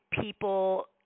people –